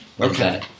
Okay